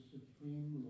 Supreme